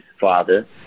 father